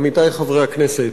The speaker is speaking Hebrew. עמיתי חברי הכנסת,